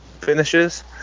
finishes